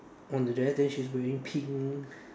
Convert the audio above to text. on the dress then she is wearing pink